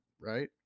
Right